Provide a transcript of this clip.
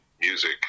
music